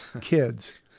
kids